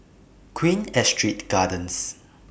Queen Astrid Gardens